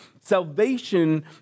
Salvation